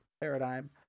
Paradigm